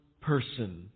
person